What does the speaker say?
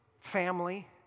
family